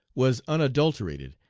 was unadulterated,